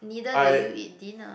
neither do you eat dinner